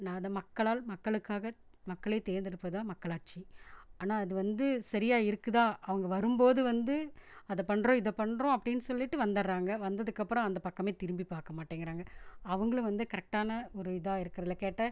நான் அதை மக்களால் மக்களுக்காக மக்களே தேர்ந்தெடுப்பது தான் மக்களாட்சி ஆனால் அது வந்து சரியாக இருக்குதா அவங்க வரும்போது வந்து அதை பண்ணுறோம் இதை பண்ணுறோம் அப்படின்னு சொல்லிட்டு வந்துட்றாங்க வந்ததுக்கப்புறம் அந்த பக்கமே திரும்பி பார்க்க மாட்டேங்கிறாங்கள் அவங்களும் வந்து கரெக்டான ஒரு இதாக இருக்கிறதில்ல கேட்டால்